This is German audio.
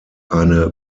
eine